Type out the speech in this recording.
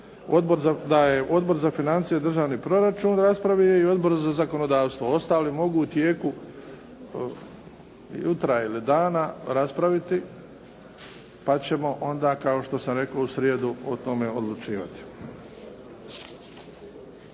Odbor za financije i državni proračun raspravio i Odbor za zakonodavstvo. Ostali mogu u tijeku jutra ili dana raspraviti, pa ćemo onda kao što sam rekao u srijedu o tome odlučivati.